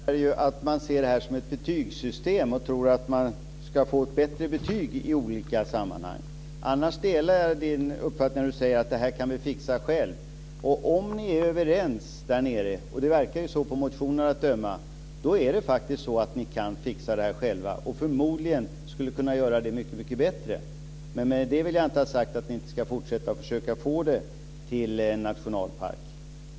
Herr talman! Risken finns att man här ser ett betygssystem och att man tror att man får ett bättre betyg i olika sammanhang. I övrigt delar jag Helena Hillar Rosenqvists uppfattning när hon säger att det här kan man där nere själv fixa. Om ni är överens där nere - av motionen att döma verkar det vara så - kan ni fixa det här själva, och förmodligen mycket bättre. Därmed inte sagt att ni inte ska fortsätta med ansträngningarna att få området att klassas som nationalpark.